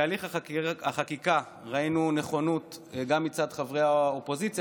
בהליך החקיקה ראינו נכונות גם מצד חברי האופוזיציה,